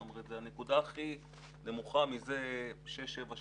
זאת אומרת זו הנקודה הכי נמוכה מזה שש-שבע שנים.